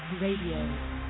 Radio